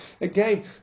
again